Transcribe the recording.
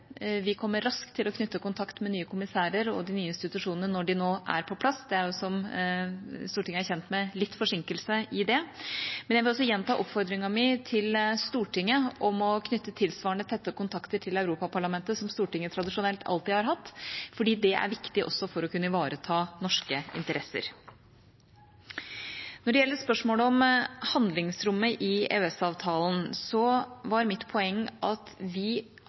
Vi kommer raskt til å knytte kontakt med nye kommissærer og de nye institusjonene når de er på plass – det er jo, som Stortinget er kjent med, litt forsinkelse. Men jeg vil også gjenta oppfordringen min til Stortinget om å knytte tilsvarende tette kontakter til Europaparlamentet som Stortinget tradisjonelt alltid har hatt, fordi det er viktig også for å kunne ivareta norske interesser. Når det gjelder spørsmålet om handlingsrommet i EØS-avtalen, var mitt poeng at vi